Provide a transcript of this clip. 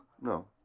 No